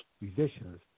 musicians